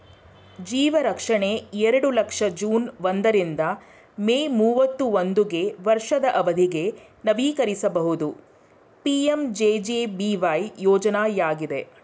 ಜೀವರಕ್ಷಣೆ ಎರಡು ಲಕ್ಷ ಜೂನ್ ಒಂದ ರಿಂದ ಮೇ ಮೂವತ್ತಾ ಒಂದುಗೆ ವರ್ಷದ ಅವಧಿಗೆ ನವೀಕರಿಸಬಹುದು ಪಿ.ಎಂ.ಜೆ.ಜೆ.ಬಿ.ವೈ ಯೋಜ್ನಯಾಗಿದೆ